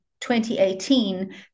2018